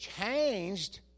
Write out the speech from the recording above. changed